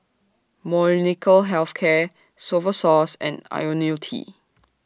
Molnylcke Health Care Novosource and Ionil T